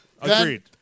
Agreed